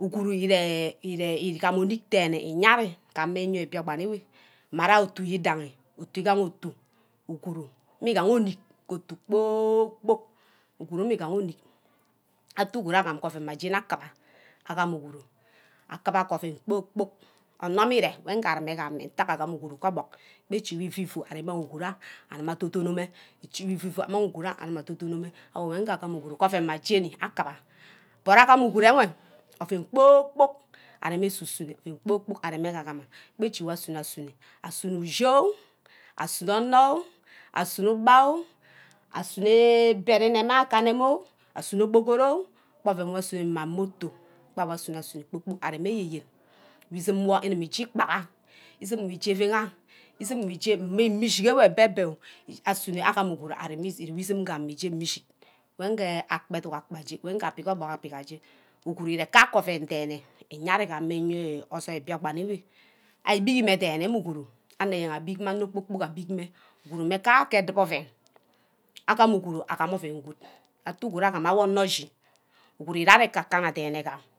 uguru ire ire ugame enick deyne iyare ka ayen biskpan ewe mme qree utu i dangi utu igaha utu uguru mmi gaha ornick utu kpor kpork uguru mmi gaha ornick utu kpor kpork uguru mmi gaha ornick atte uguru agam mpack ouen mma ajeni akpebar agame uguru akepbar ke ouen kpor kpork onem ire wo nga areme ka ame ntack agam uguru ke agiba adon donma ichi wi fufu agiba amang uguruwa adon donoma awo mme nde agam uguru ke ouen mma jeny akeba but agam uguruwe ouen kpor kpork arema esuno ouen kpor kpork aremo esuno ouen kpor kpork arem mme agim ma kpe ichi wor asuno asuno asuno ushi ooh asuno onor oh asuno ubai ooh asonuuu bed ineme keneme oh asuno kpor koro mbai ouen wor asun mma motor bai ouen wor asuno asuno areme ayeyen wor izumwor ikibe ije ikpaha izumwor ije viviha izumor ikibe ije mme mme ashimo ebebe asuno agam uguru ire izumwor ishi wen ge ethuck akpe mme ge abick ke athuck abick aje uguru irem kake ouen theyne iyiare ke osor biakpan ewe ari ibime theyne mme uguru anoyen ibime me anor kpor kpork abitme uguru mme ka ke a dip ouen agam uguru agam ouen good atte uguru agam owor onor echi uguru re ari ke ka kana theyn.